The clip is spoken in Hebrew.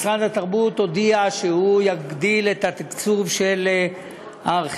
משרד התרבות הודיע שהוא יגדיל את התקצוב של הארכיונים.